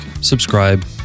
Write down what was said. subscribe